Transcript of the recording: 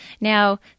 Now